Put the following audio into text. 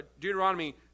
Deuteronomy